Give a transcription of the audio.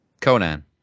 Conan